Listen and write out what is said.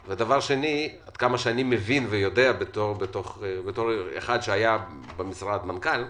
עד כמה שאני מבין ויודע בתור אחד שהיה מנכ"ל במשרד,